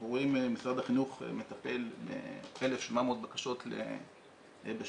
אנחנו רואים שמשרד החינוך מטפל ב-1,700 בקשות בשנה,